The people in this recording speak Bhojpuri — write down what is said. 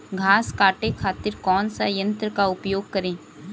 घास काटे खातिर कौन सा यंत्र का उपयोग करें?